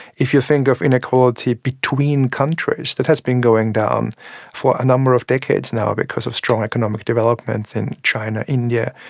if you think of inequality between countries, that has been going down for a number of decades now because of strong economic development in china and india,